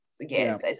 yes